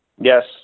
Yes